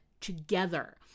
together